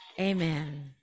Amen